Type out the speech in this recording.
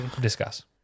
Discuss